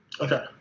Okay